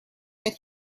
that